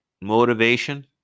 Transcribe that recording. motivation